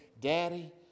Daddy